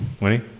Winnie